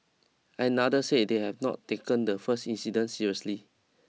another said they had not taken the first incident seriously